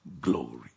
glory